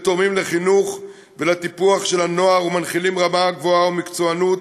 תורמים לחינוך ולטיפוח של הנוער ומנחילים רמה גבוהה ומקצוענות